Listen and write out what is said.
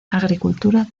agricultura